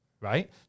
right